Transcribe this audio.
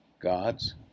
God's